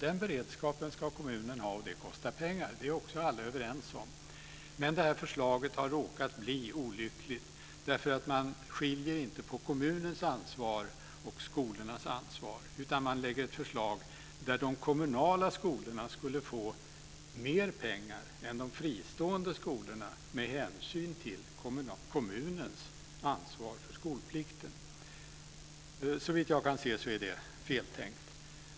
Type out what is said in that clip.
Den beredskapen ska kommunen ha, och det kostar pengar. Det är alla också överens om. Men detta förslag har råkat bli olyckligt därför att man inte skiljer på kommunens ansvar och skolornas ansvar utan lägger fram ett förslag som innebär att de kommunala skolorna skulle få mer pengar än de fristående skolorna med hänsyn till kommunens ansvar för skolplikten. Såvitt jag kan se är det feltänkt.